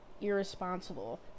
irresponsible